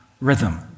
rhythm